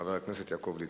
חבר הכנסת יעקב ליצמן.